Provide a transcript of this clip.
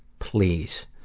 please.